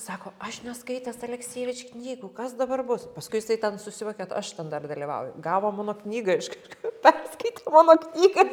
sako aš neskaitęs aleksijevič knygų jeigu kas dabar bus paskui jisai ten susivokė kad aš ten dar dalyvauju gavo mano knygą iš kažkur perskaitė mano knygą